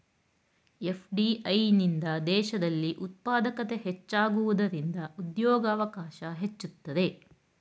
FDI ನಿಂದ ದೇಶದಲ್ಲಿ ಉತ್ಪಾದಕತೆ ಹೆಚ್ಚಾಗುವುದರಿಂದ ಉದ್ಯೋಗವಕಾಶ ಹೆಚ್ಚುತ್ತದೆ